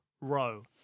row